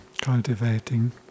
cultivating